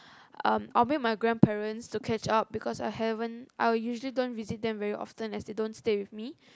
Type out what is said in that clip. um I'll bring my grandparents to catch up because I haven't I usually don't visit them very often as they don't stay with me